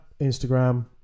Instagram